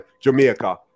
Jamaica